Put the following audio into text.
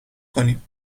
کنیم